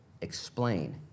explain